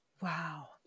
Wow